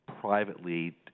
privately